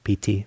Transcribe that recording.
PT